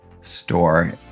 store